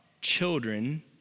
children